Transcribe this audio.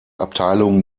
abteilungen